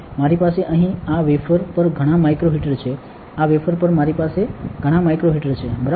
મારી પાસે અહીં આ વેફર પર ઘણાં માઇક્રો હીટર છે આ વેફર પર મારી પાસે ઘણાં માઇક્રો હીટર છે બરાબર